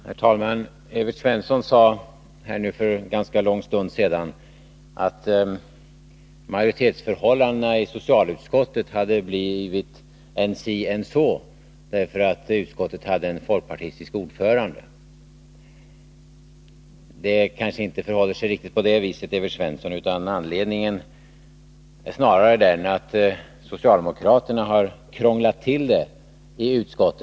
Herr talman! Evert Svensson sade för nu en ganska lång stund sedan att majoritetsförhållandena i socialutskottet har blivit än si än så därför att utskottet har en folkpartistisk ordförande. Det kanske inte förhåller sig riktigt på det viset, Evert Svensson. Anledningen är snarare den att socialdemokraterna har krånglat till det i utskottet.